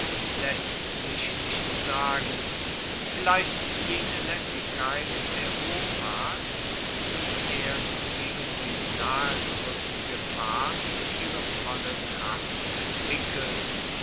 laesst sich nicht sagen vielleicht jene laessigkeit der hoffart die erst gegen die nahegerueckte gefahr ihre volle kraft entwickelt